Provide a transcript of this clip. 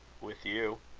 with you.